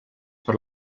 per